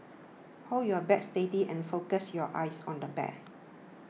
hold your bat steady and focus your eyes on the bed